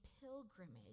pilgrimage